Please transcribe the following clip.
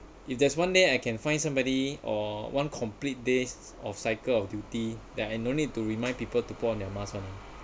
if there's one day I can find somebody or one complete days of cycle of duty that I no need to remind people to put on their mask [one]